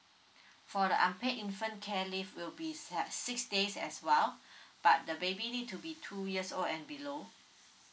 for the unpaid infant care leave will be set six days as well but the baby to be two years old and below